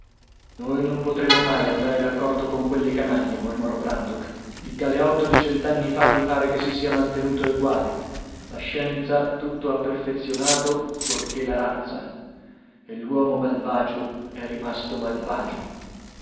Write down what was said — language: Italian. noi non potremo mai andare d'accordo con quelle canaglie mormorò brandok il galeotto di cent'anni fa mi pare che si sia mantenuto eguale la scienza tutto ha perfezionato fuorché la razza e l'uomo malvagio è rimasto malvagio